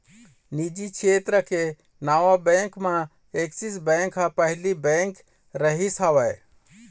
निजी छेत्र के नावा बेंक म ऐक्सिस बेंक ह पहिली बेंक रिहिस हवय